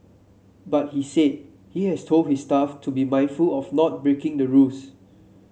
but he said he has told his staff to be mindful of not breaking the rules